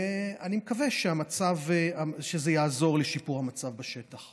ואני מקווה שזה יעזור לשיפור המצב בשטח.